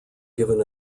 given